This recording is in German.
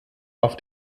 auf